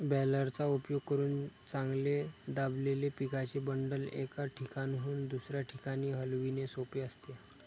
बॅलरचा उपयोग करून चांगले दाबलेले पिकाचे बंडल, एका ठिकाणाहून दुसऱ्या ठिकाणी हलविणे सोपे असते